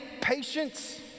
patience